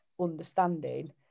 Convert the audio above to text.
understanding